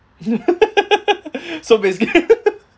so basically